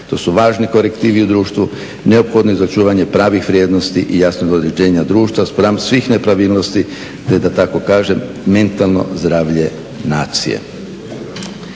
To su važni korektivi u društvu neophodni za čuvanje pravih vrijednosti i jasnog određenja društva spram svih nepravilnosti, te da tako kažem mentalno zdravlje nacije.